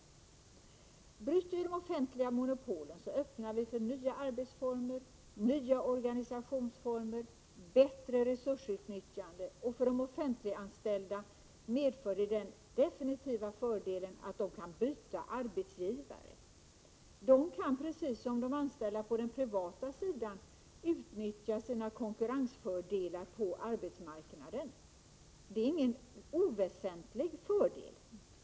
Om vi bryter de offentliga monopolen öppnar vi för nya arbetsformer, nya organisationsformer och bättre resursutnyttjande. Och för de offentliganställda medför detta den definitiva fördelen att de kan byta arbetsgivare. De kan precis som de anställda på den privata sidan utnyttja sina konkurrensfördelar på arbetsmarknaden. Det är ingen oväsentlig fördel.